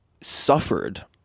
suffered